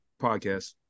podcast